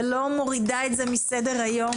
ולא מורידה את זה מסדר היום